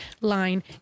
line